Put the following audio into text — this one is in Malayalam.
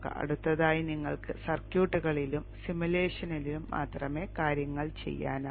അടുത്തതായി നിങ്ങൾക്ക് സർക്യൂട്ടുകളിലും സിമുലേഷനിലും മാത്രമേ കാര്യങ്ങൾ ചെയ്യാനാകൂ